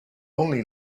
only